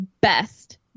best